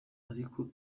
ariko